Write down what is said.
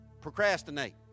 procrastinate